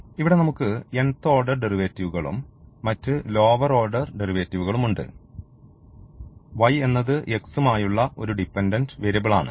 ഇവിടെ നമുക്ക് nth order ഡെറിവേറ്റീവുകളും മറ്റ് ലോവർ ഓർഡർ ഡെറിവേറ്റീവുകളും ഉണ്ട് y എന്നത് x മായുള്ള ഒരു ഡിപെൻഡൻറ് വേരിയബിൾ ആണ്